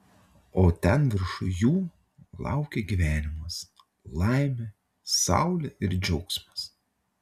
o ten viršuj jų laukia gyvenimas laimė saulė ir džiaugsmas